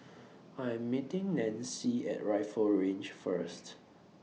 I Am meeting Nanci At Rifle Range First